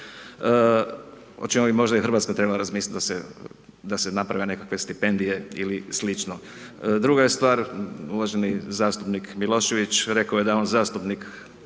bi možda i RH treba razmisliti da se naprave nekakve stipendije ili sl. Druga je stvar, uvaženi zastupnik Milošević rekao je da je on zastupnik